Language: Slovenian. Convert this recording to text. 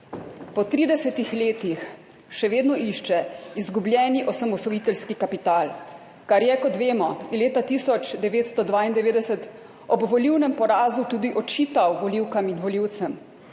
Po 30 letih še vedno išče izgubljeni osamosvojiteljski kapital, kar je, kot vemo, leta 1992 ob volilnem porazu tudi očital volivkam in volivcem,